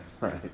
Right